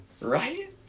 Right